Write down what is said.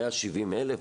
170,000,